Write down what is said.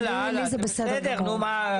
הלאה, הלאה, בסדר נו מה.